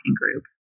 group